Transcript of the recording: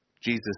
Jesus